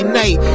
night